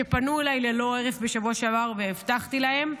ופנו אליי ללא הרף בשבוע שעבר והבטחתי להם,